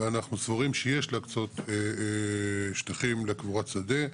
ואנחנו סבורים שיש להקצות שטחים לקבורת שדה.